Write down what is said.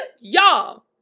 y'all